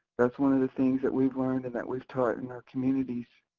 that's one of the things that we've learned and that we've taught in our communities.